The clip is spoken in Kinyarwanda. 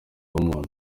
w’umuntu